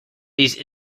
these